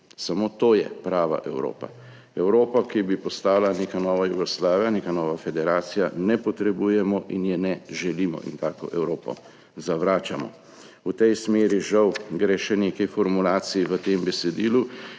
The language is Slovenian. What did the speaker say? Samo to je prava Evropa. Evrope, ki bi postala neka nova Jugoslavija, neka nova federacija, ne potrebujemo in je ne želimo in tako Evropo zavračamo. V tej smeri, žal, gre še nekaj formulacij v tem besedilu.